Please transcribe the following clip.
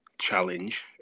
challenge